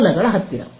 ಮೂಲಗಳ ಹತ್ತಿರ